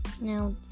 Now